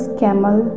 camel